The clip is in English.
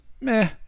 meh